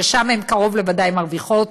ששם הן קרוב לוודאי מרוויחות.